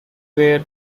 were